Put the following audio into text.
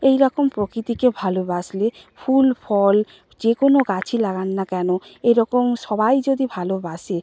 এই রকম প্রকৃতিকে ভালবাসলে ফুল ফল যে কোনো গাছই লাগান না কেন এরকম সবাই যদি ভালোবাসে